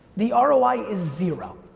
the ah roi is zero.